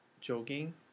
jogging